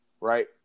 Right